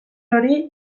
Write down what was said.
hori